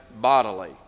bodily